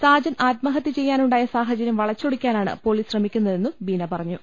സാജൻ ആത്മഹത്യ ചെയ്യാനുണ്ടായ സാഹചര്യം വളച്ചൊടിക്കാനാണ് പോലീസ് ശ്രമിക്കുന്നതെന്നും ബീന പറഞ്ഞു